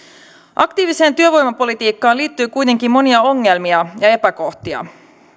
aktiiviseen työvoimapolitiikkaan liittyy kuitenkin monia ongelmia ja epäkohtia